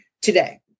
today